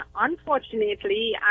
unfortunately